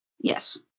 Yes